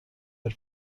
had